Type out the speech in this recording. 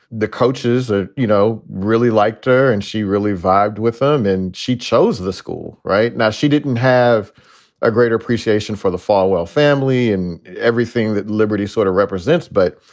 the coaches ah you know really liked her and she really revived with them and she chose the school. right now, she didn't have a greater appreciation for the falwell family and everything that liberty sort of represents. but,